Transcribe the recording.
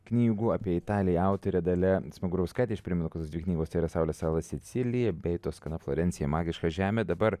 knygų apie italiją autorė dalia smagurauskaitė aš primenu kad tos dvi knygos yra saulės sala sicilija bei toskana florencija magiška žemė dabar